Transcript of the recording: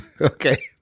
Okay